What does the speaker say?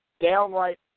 downright